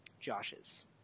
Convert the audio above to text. Josh's